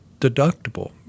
deductible